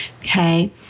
Okay